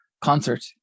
concert